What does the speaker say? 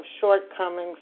shortcomings